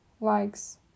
Likes